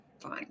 fine